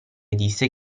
disse